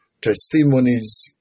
testimonies